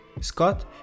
Scott